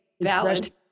valid